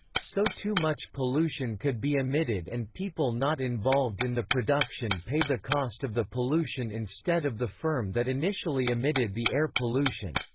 so too much pollution could be emitted and people not involved in the production pay the cost of the pollution instead of the firm that initially emitted the air pollution.